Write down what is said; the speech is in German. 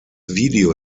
video